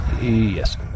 yes